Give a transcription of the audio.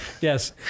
Yes